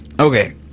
Okay